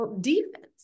defense